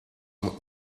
moet